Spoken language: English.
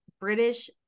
british